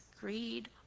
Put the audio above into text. greed